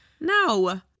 No